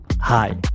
Hi